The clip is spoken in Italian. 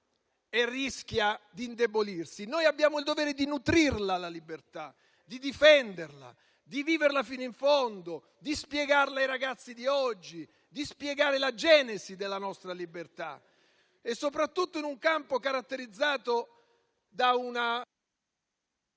e rischia di indebolirsi, noi abbiamo il dovere di nutrirla la libertà, di difenderla e viverla fino in fondo, di spiegarla ai ragazzi di oggi, di spiegare la genesi della nostra libertà, soprattutto in un campo caratterizzato da una